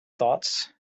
thoughts